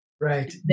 Right